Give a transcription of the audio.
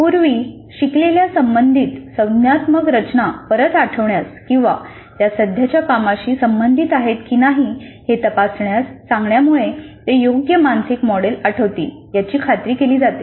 पूर्वी शिकलेल्या संबंधित संज्ञानात्मक रचना परत आठवण्यास आणि त्या सध्याच्या कामाशी संबंधित आहेत की नाही हे तपासण्यास सांगण्यामुळे ते योग्य मानसिक मॉडेल आठवतील याची खात्री केली जाते